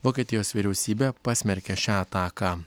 vokietijos vyriausybė pasmerkė šią ataką